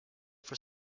for